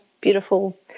beautiful